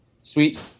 Sweet